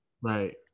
Right